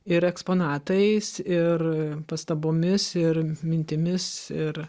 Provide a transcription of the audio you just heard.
ir eksponatais ir pastabomis ir mintimis ir